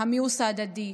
המיאוס ההדדי,